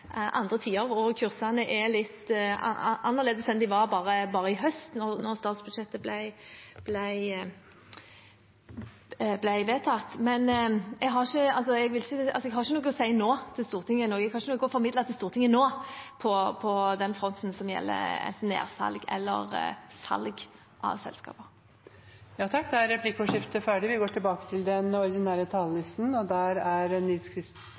andre tider, og kursene er litt annerledes enn de var i høst, da statsbudsjettet ble vedtatt. Jeg har ikke noe å si til Stortinget nå, jeg har ikke noe å formidle til Stortinget nå, på den fronten som gjelder nedsalg eller salg av selskaper. Replikkordskiftet er dermed omme. Felles eierskap er en stolt del av vår demokratiske historie i Norge. Neste år er det 50 år siden Stortinget bestemte seg for at vi